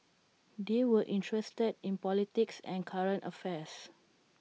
they were interested in politics and current affairs